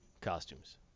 costumes